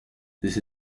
this